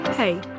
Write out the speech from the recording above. Hey